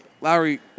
Lowry